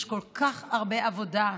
יש כל כך הרבה עבודה.